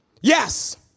Yes